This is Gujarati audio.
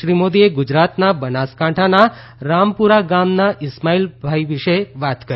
શ્રી મોદીએ ગુજરાતના બનાસકાંઠાના રામપુરા ગામના ઇસ્માઇલભાઈ વિશે વાત કરી